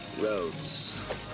roads